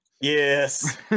Yes